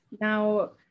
Now